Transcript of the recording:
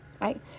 right